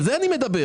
על זה אני מדבר.